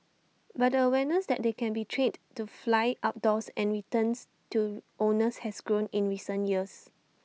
but the awareness that they can be trained to fly outdoors and returns to owners has grown in recent years